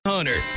Hunter